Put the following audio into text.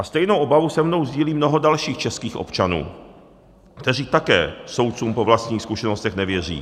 A stejnou obavu se mnou sdílí mnoho dalších českých občanů, kteří také soudcům po vlastních zkušenostech nevěří.